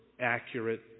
accurate